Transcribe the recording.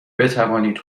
بتوانید